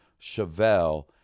Chevelle